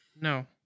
No